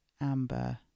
amber